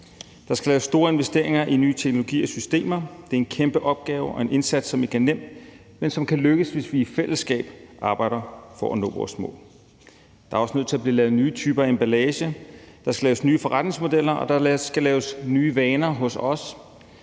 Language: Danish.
Der skal laves store investeringer i nye teknologier og systemer. Det er en kæmpe opgave og en indsats, som ikke er nem, men som kan lykkes, hvis vi i fællesskab arbejder for at nå vores mål. Der er også nødt til at blive lavet nye typer af emballage. Der skal laves nye forretningsmodeller, der skal skabes nye vaner hos os